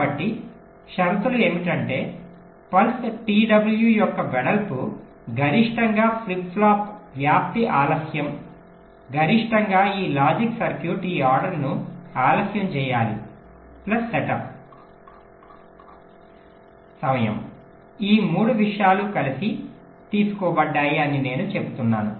కాబట్టి షరతు ఏమిటంటే పల్స్ t w యొక్క వెడల్పు గరిష్టంగా ఫ్లిప్ ఫ్లాప్ వ్యాప్తి ఆలస్యం గరిష్టంగా ఈ లాజిక్ సర్క్యూట్ ఈ ఆర్డర్ను ఆలస్యం చేయాలి ప్లస్ సెటప్ సమయం ఈ 3 విషయాలు కలిసి తీసుకోబడ్డాయి అని నేను చెప్తున్నాను